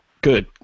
Good